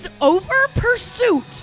over-pursuit